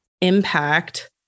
impact